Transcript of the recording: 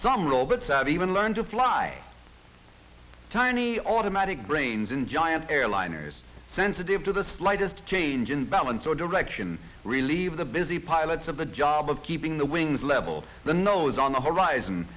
some robots out even learn to fly tiny automatic brains in giant airliners sensitive to the slightest change in balance or direction relieve the busy pilots of the job of keeping the wings level the nose on the horizon